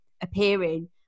appearing